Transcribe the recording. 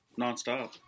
nonstop